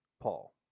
Paul